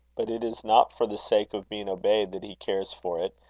but it is not for the sake of being obeyed that he cares for it,